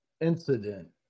incident